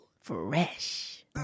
Fresh